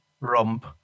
rump